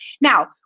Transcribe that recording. Now